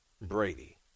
Brady